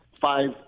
five